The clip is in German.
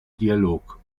dialog